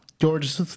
George